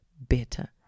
better